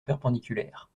perpendiculaire